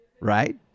right